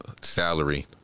salary